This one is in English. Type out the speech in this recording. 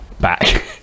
Back